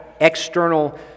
external